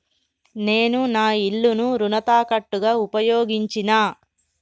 నేను నా ఇల్లును రుణ తాకట్టుగా ఉపయోగించినా